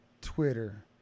Twitter